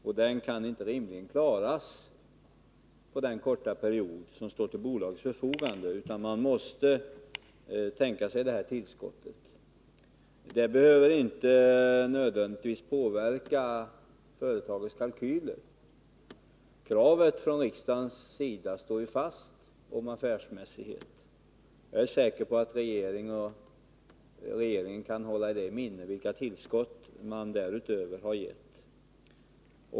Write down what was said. Den kan bolaget inte rimligen klara på den korta period som står till förfogande, utan man måste tänka sig det här tillskottet. Det behöver inte nödvändigtvis påverka företagets kalkyler. Riksdagens krav på affärsmässighet står ju fast. Jag är säker på att regeringen kan hålla i minnet vilka tillskott bolaget härutöver har fått.